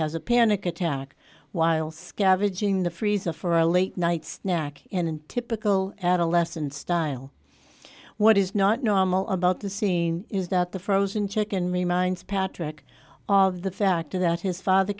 has a panic attack while scavenging the freezer for a late night snack and in typical adolescent style what is not normal about the scene is that the frozen chicken reminds patrick of the fact that his father